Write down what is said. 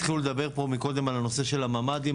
התחילו לדבר פה מקודם על הנושא של הממדים,